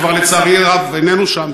שלצערי הרב כבר איננו שם,